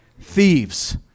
Thieves